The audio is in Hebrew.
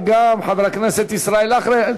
וגם חבר הכנסת ישראל אייכלר,